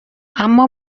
اما